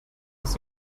aus